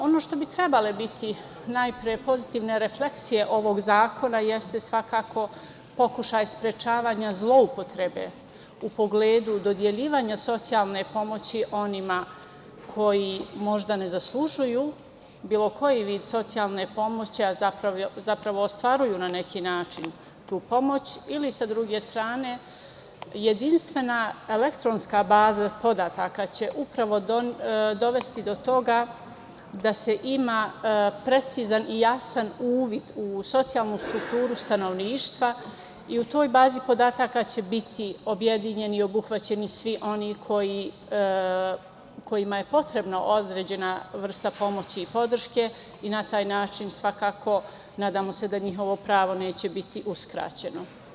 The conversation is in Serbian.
Ono što bi trebale biti najpre pozitive refleksije ovog zakona jeste svakako pokušaj sprečavanja zloupotrebe u pogledu dodeljivanja socijalne pomoći onima koji možda ne zaslužuju bilo koji vid socijalne pomoći, a zapravo ostvaruju na neki način tu pomoć ili sa druge strane, jedinstvena elektronska baza podataka će upravo dovesti do toga da se ima precizan i jasan uvid u socijalnu strukturu stanovništva i u toj bazi podataka će biti objedinjeni i obuhvaćeni svi oni kojima je potrebna određena vrsta pomoći i podrške i na taj način svakako nadamo se da njihovo pravo neće biti uskraćeno.